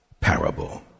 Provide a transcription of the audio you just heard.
parable